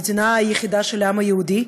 המדינה היחידה של העם היהודי,